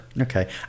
okay